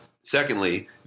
Secondly